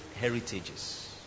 heritages